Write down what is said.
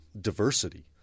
diversity